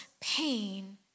pain